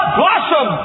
blossom